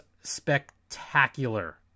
spectacular